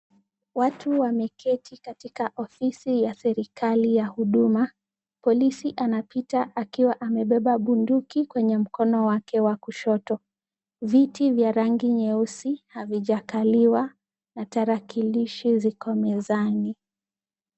Watu wameketi katika ofisi ya serikali ya huduma. Polisi anapita akiwa amebeba bunduki kwenye mkono wake wa kushoto. Viti vya rangi nyeusi havijakaliwa na tarakilishi ziko mezani.